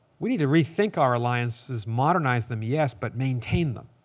we need to rethink our alliances, modernize them, yes, but maintain them.